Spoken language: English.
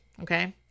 okay